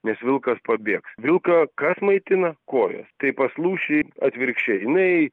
nes vilkas pabėgs vilką kas maitina kojos tai pas lūšį atvirkščiai jinai